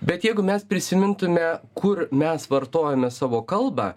bet jeigu mes prisimintume kur mes vartojome savo kalbą